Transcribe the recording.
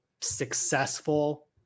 successful